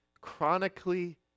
chronically